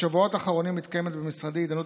בשבועות האחרונים מתקיימת במשרדי התדיינות